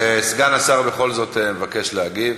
סגן השר בכל זאת מבקש להגיב.